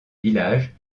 village